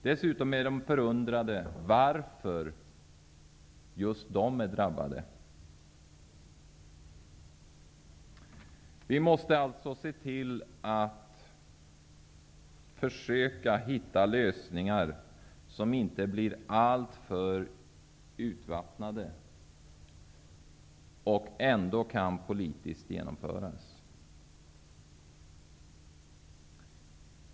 Dessutom är de förundrade över att just de är drabbade. Vi måste alltså försöka hitta lösningar som inte blir alltför urvattnade, men som ändå kan genomföras politiskt.